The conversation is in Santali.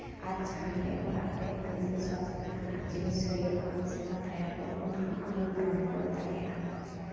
ᱟᱨ ᱡᱟᱦᱟᱸᱜᱮ ᱚᱲᱟᱜ ᱨᱮ ᱚᱱᱫᱷᱚ ᱵᱤᱥᱥᱟᱥ ᱞᱮᱠᱟᱱᱟᱜ ᱡᱤᱱᱤᱥ ᱦᱩᱭᱩᱜᱼᱟ ᱥᱮ ᱠᱟᱛᱷᱟᱭᱟᱠᱚ ᱚᱱᱟᱦᱚᱸ ᱟᱢᱮᱢ ᱨᱚᱲ ᱨᱩᱣᱟᱹᱲ ᱫᱟᱲᱮᱭᱟᱜᱼᱟ